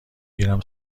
گیرم